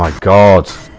like god's